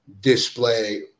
display